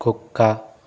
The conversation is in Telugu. కుక్క